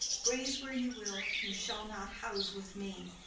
graze where you will, you shall not house with me.